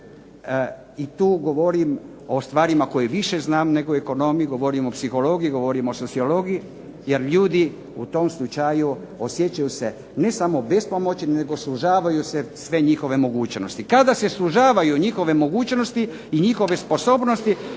i tu govorimo o stvarima koje više znam nego ekonomi, govorim o psihologiji, govorim o sociologiji, jer ljudi u tom slučaju osjećaju se ne samo bespomoćni nego sužavaju se sve njihove mogućnosti. Kada se sužavaju njihove mogućnosti i njihove sposobnosti,